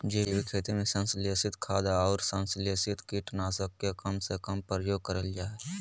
जैविक खेती में संश्लेषित खाद, अउर संस्लेषित कीट नाशक के कम से कम प्रयोग करल जा हई